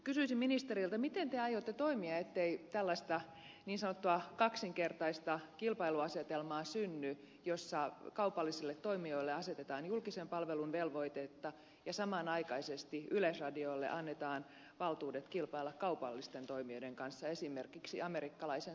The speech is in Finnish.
kysyisin ministeriltä miten te aiotte toimia ettei tällaista niin sanottua kaksinkertaista kilpailuasetelmaa synny jossa kaupallisille toimijoille asetetaan julkisen palvelun velvoitteita ja samanaikaisesti yleisradiolle annetaan valtuudet kilpailla kaupallisten toimijoiden kanssa esimerkiksi amerikkalaisen sarjaviihteen tarjoajana